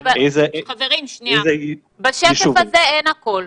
חברים, בשקף הזה אין הכול.